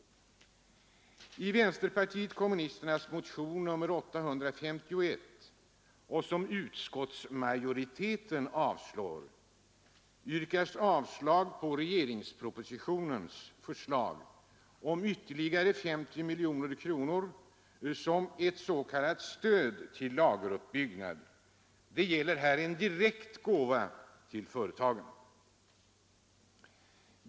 I vänsterpartiet kommunisternas motion nr 851, som utskottsmajoriteten avstyrker, yrkas avslag på regeringspropositionens förslag om ytterligare 50 miljoner kronor som ett s.k. stöd till lageruppbyggnad. Det gäller här en direkt gåva till företagen.